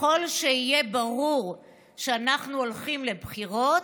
"ככל שברור שאנחנו הולכים לבחירות,